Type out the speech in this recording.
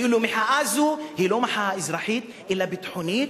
כאילו מחאה זו היא לא מחאה אזרחית אלא ביטחונית,